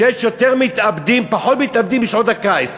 שיש פחות מתאבדים בשעון הקיץ,